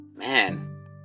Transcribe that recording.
man